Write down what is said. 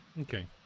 okay